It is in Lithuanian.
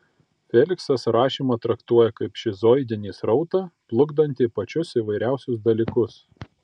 feliksas rašymą traktuoja kaip šizoidinį srautą plukdantį pačius įvairiausius dalykus